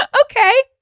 Okay